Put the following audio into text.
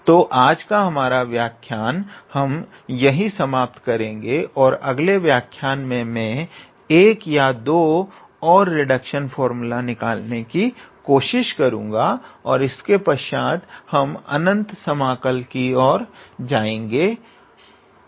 तो आज का हमारा व्याख्यान हम यहीं समाप्त करेंगे और अगले व्याख्यान में मैं एक या दो और रिडक्शन फार्मूला निकालने की कोशिश करुगा और इसके पश्चात हम अनंत समाकल की जाएं